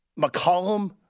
McCollum